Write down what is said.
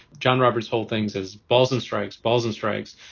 john roberts whole things as balls and strikes, balls and strikes,